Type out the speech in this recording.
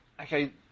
okay